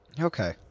Okay